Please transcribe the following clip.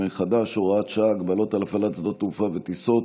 החדש (הוראת שעה) (הגבלות על הפעלת שדות תעופה וטיסות)